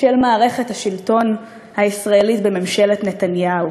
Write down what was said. של מערכת השלטון הישראלית בממשלת נתניהו: